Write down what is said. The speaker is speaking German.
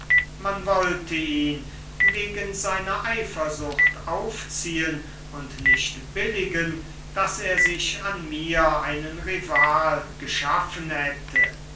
man wollte ihn wegen seiner eifersucht aufziehen und nicht billigen daß er sich an mir einen rival geschaffen hätte